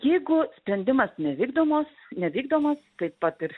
jeigu sprendimas nevykdomos nevykdomas taip pat ir